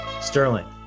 Sterling